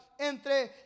entre